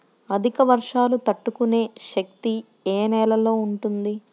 అధిక వర్షాలు తట్టుకునే శక్తి ఏ నేలలో ఉంటుంది?